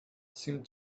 seemed